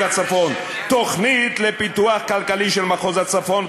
הצפון: תוכנית לפיתוח כלכלי של מחוז הצפון,